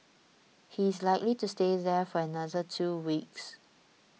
he is likely to stay there for another two weeks